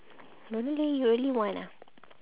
don't know leh you really want ah